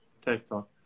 TikTok